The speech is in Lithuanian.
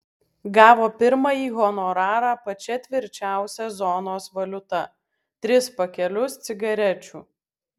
gavo pirmąjį honorarą pačia tvirčiausia zonos valiuta tris pakelius cigarečių